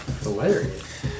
Hilarious